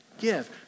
give